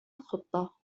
الخطة